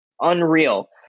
unreal